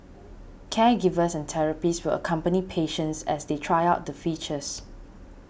caregivers and therapists will accompany patients as they try out the features